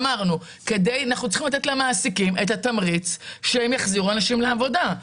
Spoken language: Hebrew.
אמרנו אנחנו צריכים לתת למעסיקים את התמריץ שהם יחזירו אנשים לעבודה.